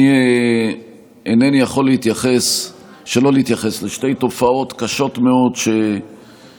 אני אינני יכול שלא להתייחס לשתי תופעות קשות מאוד שראינו,